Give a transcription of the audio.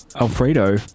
Alfredo